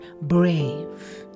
brave